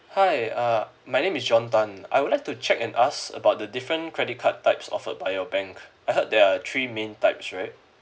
hi uh my name is john tan I would like to check and ask about the different credit card types offered by your bank I heard there are three main types right